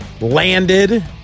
landed